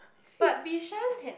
but Bishan had